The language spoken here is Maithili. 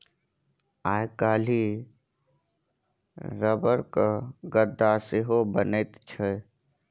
आइ काल्हि रबरक गद्दा सेहो बनैत छै